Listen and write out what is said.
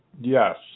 Yes